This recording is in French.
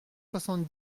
soixante